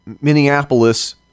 Minneapolis